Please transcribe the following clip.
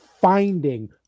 finding